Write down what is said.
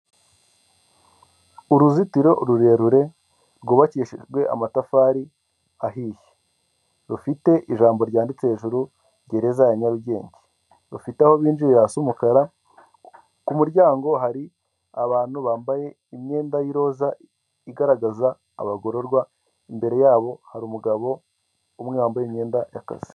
Uruzitiro rurerure rwubakishijwe amatafari ahiye, rufite ijambo ryanditse hejuru gereza ya Nyarugenge, rufite aho binjirira hasi umukara ku muryango hari abantu bambaye imyenda y'iroza igaragaza abagororwa, imbere yabo hari umugabo umwe wambaye imyenda y'akazi.